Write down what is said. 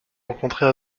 rencontrer